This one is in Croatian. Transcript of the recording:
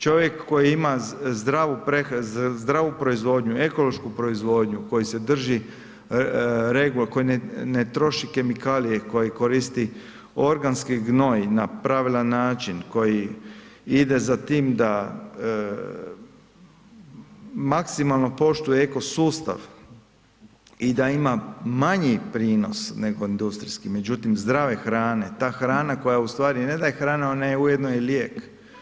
Čovjek koji ima zdravu proizvodnju, ekološku proizvodnju, koji se drži regula, koji ne troši kemikalije, koje koristi organski gnoj na pravilan način, koji ide za tim da maksimalno poštuje ekosustav i da ima manji prinos nego industrijski, međutim, zdrave hrane, ta hrana koja je ustvari ne da je hrana, ona je ujedno i lijek.